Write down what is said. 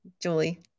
Julie